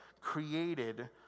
created